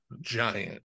Giant